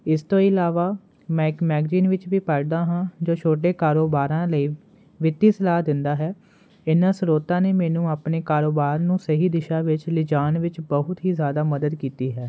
ਇਸ ਤੋਂ ਇਲਾਵਾ ਮੈਂ ਇੱਕ ਮੈਗਜੀਨ ਵਿੱਚ ਵੀ ਪੜ੍ਹਦਾ ਹਾਂ ਜੋ ਛੋਟੇ ਕਾਰੋਬਾਰਾਂ ਲਈ ਵਿੱਤੀ ਸਲਾਹ ਦਿੰਦਾ ਹੈ ਇਨ੍ਹਾਂ ਸਰੋਤਾਂ ਨੇ ਮੈਨੂੰ ਆਪਣੇ ਕਾਰੋਬਾਰ ਨੂੰ ਸਹੀ ਦਿਸ਼ਾ ਵਿੱਚ ਲਿਜਾਣ ਵਿੱਚ ਬਹੁਤ ਹੀ ਜ਼ਿਆਦਾ ਮਦਦ ਕੀਤੀ ਹੈ